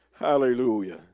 Hallelujah